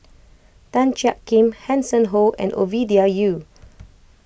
Tan Jiak Kim Hanson Ho and Ovidia Yu